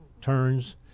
turns